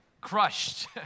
crushed